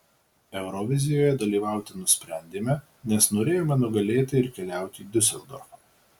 eurovizijoje dalyvauti nusprendėme nes norėjome nugalėti ir keliauti į diuseldorfą